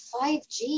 5G